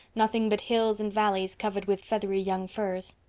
nothing but hills and valleys covered with feathery young firs.